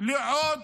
לעוד